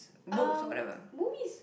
um movies